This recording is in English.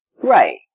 Right